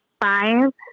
five